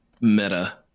meta